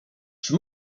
czy